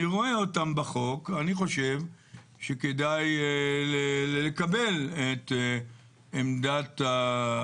אני חושב שכדאי לקבל את עמדת המשרד,